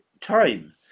time